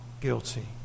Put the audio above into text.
guilty